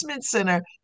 center